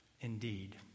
Indeed